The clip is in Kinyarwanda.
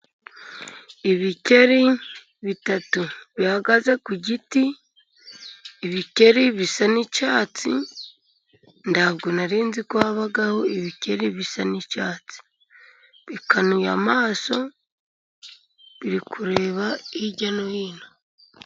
Ibikeri bitatu bihagaze ku giti, ibikeri bisa n'icyatsi. Ntabwo nari nzi ko habaho ibikeri bisa n'icyatsi, bikanuye amaso biri kureba hirya no hino.